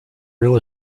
real